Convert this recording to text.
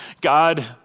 God